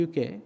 UK